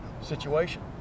situation